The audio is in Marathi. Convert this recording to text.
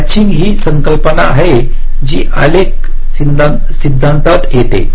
तर मॅटचिंग ही एक संकल्पना आहे जी आलेख सिद्धांतात येते